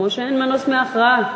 כמו שאין מנוס מהכרעה.